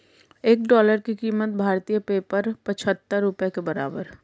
एक डॉलर की कीमत भारतीय पेपर पचहत्तर रुपए के बराबर है